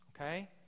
Okay